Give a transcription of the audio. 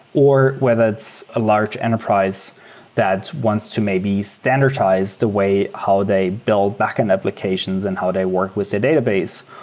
or whether it's a large enterprise that wants to maybe standardize the way how they built backend applications and how they work with their database,